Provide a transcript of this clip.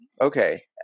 okay